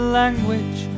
language